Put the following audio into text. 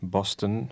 Boston